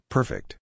Perfect